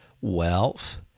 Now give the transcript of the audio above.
wealth